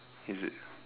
is it